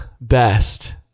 best